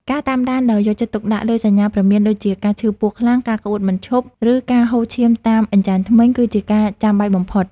ការតាមដានដោយយកចិត្តទុកដាក់លើសញ្ញាព្រមានដូចជា ការឈឺពោះខ្លាំង ការក្អួតមិនឈប់ ឬការហូរឈាមតាមអញ្ចាញធ្មេញ គឺជាការចាំបាច់បំផុត។